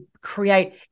create